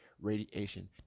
radiation